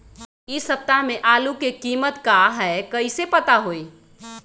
इ सप्ताह में आलू के कीमत का है कईसे पता होई?